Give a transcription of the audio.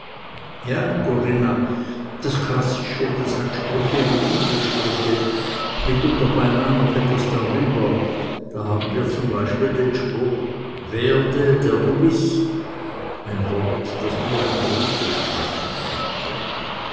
ja corinna das klassische das hat sprüche wie bibelsprüche mitunter beinah noch etwas drüber da haben wir zum beispiel den spruch werde der du bist ein wort das nur ein grieche sprechen konnte